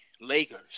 Lakers